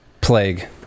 plague